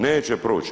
Neće proć.